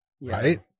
right